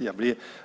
Herr